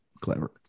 Clever